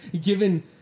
given